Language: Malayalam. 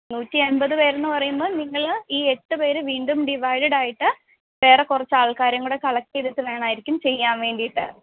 നൂറ്റിയൻമ്പത് പേരെന്ന് പറയുമ്പോൾ നിങ്ങൾ ഈ എട്ടുപേർ വീണ്ടും ഡിവൈഡഡ് ആയിട്ട് വേറെ കുറച്ച് ആൾക്കാരെയും കൂടെ കളക്റ്റ് ചെയ്തിട്ട് വേണമായിരിക്കും ചെയ്യാൻ വേണ്ടിയിട്ട്